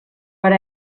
per